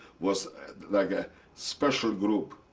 was like a special group,